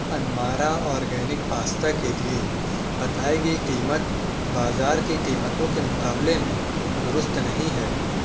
انمارا organic pasta کے لیے بتائی گئی قیمت بازار کی قیمتوں کے مقابلے میں درست نہیں ہے